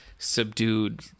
subdued